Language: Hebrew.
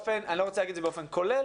אני לא רוצה להציג את זה באופן כולל